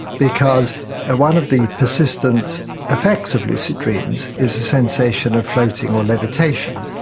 because ah one of the persistent effects of lucid dreams is sensation of floating or levitation.